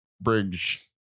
Bridge